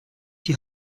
die